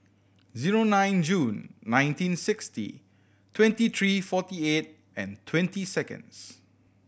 zero nine June nineteen sixty twenty three forty eight and twenty seconds